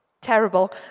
terrible